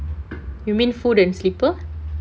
you mean food and slipper